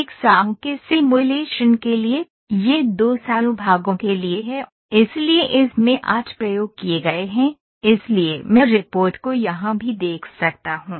100 के सिमुलेशन के लिए यह 200 भागों के लिए है इसलिए इसमें आठ प्रयोग किए गए हैं इसलिए मैं रिपोर्ट को यहां भी देख सकता हूं